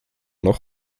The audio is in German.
noch